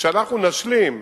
וכשאנחנו נשלים,